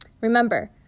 Remember